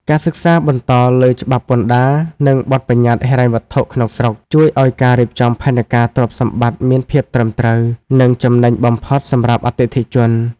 ការសិក្សាបន្តលើច្បាប់ពន្ធដារ និងបទបញ្ញត្តិហិរញ្ញវត្ថុក្នុងស្រុក ជួយឱ្យការរៀបចំផែនការទ្រព្យសម្បត្តិមានភាពត្រឹមត្រូវ និងចំណេញបំផុតសម្រាប់អតិថិជន។